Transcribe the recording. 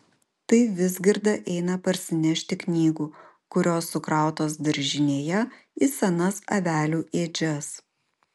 tai vizgirda eina parsinešti knygų kurios sukrautos daržinėje į senas avelių ėdžias